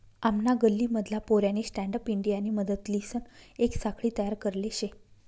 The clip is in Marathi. आमना गल्ली मधला पोऱ्यानी स्टँडअप इंडियानी मदतलीसन येक साखळी तयार करले शे